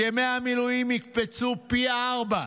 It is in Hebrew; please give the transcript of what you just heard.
ימי המילואים יקפצו פי ארבעה.